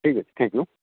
ଠିକ୍ ଅଛି thank you